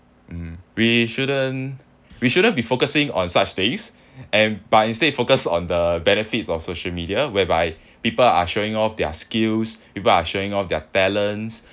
mmhmm we shouldn't we shouldn't be focusing on such days and but instead focus on the benefits of social media whereby people are showing off their skills people are showing off their talents